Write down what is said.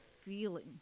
feeling